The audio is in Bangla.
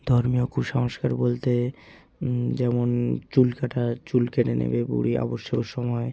ধর্মীয় কুসংস্কার বলতে যেমন চুল কাটা চুল কেটে নেবে বুড়ি অবসর সময়ে